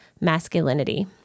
masculinity